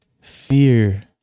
fear